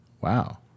wow